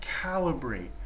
calibrate